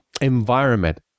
environment